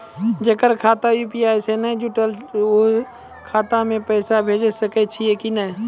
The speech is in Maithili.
जेकर खाता यु.पी.आई से नैय जुटल छै उ खाता मे पैसा भेज सकै छियै कि नै?